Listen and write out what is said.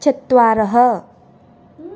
चत्वारः